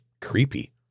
creepy